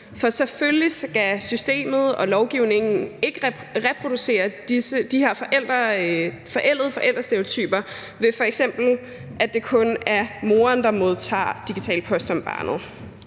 For selvfølgelig skal systemet og lovgivningen ikke reproducere de her forældede forældrestereotyper, ved at det f.eks. kun er moren, der modtager digital post om barnet.